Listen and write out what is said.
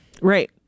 Right